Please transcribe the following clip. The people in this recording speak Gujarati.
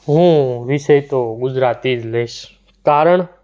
હું વિષય તો ગુજરાતી જ લઈશ કારણ